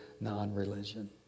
non-religion